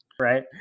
Right